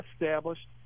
established